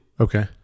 Okay